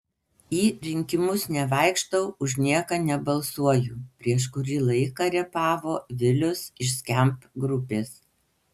į rinkimus nevaikštau už nieką nebalsuoju prieš kurį laiką repavo vilius iš skamp grupės